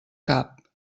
cap